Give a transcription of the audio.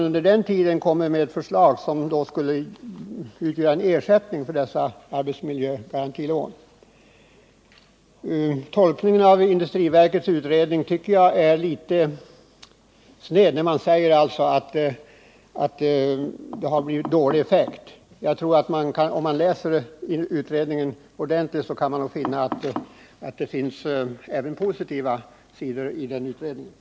Under tiden kunde man utarbeta ett förslag som skulle kunna utgöra en fullgod ersättning för dessa arbetsmiljögarantilån. Jag tycker att tolkningen av industriverkets utredning är litet snäv när man säger att det har blivit dålig effekt. Om man läser utredningen ordentligt, kan man nog finna att det även finns positiva synpunkter i densamma.